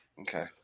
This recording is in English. Okay